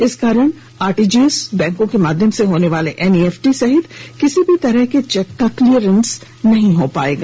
इसके कारण आरटीजीएस बैंकों के माध्यम से होने वाले एनईएफटी सहित किसी भी तरह के चेक का क्लियरेंस नहीं होगा